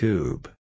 Tube